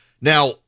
Now